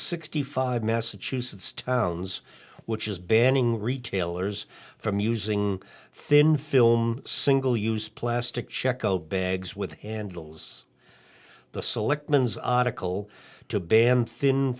sixty five massachusetts towns which is banning retailers from using thin film single use plastic checco bags with handles the selectmen zadok will to ban thin